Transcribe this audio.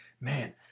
man